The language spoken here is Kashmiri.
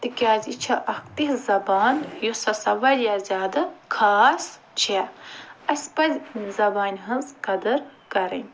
تِکیٛازِ یہِ چھِ اَکھ تِژھ زبان یۄس ہسا واریاہ زیادٕ خاص چھِ اسہِ پَزِ اَمہِ زبانہِ ہنٛز قدٕر کَرٕنۍ